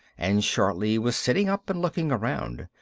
and shortly was sitting up and looking around.